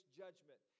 judgment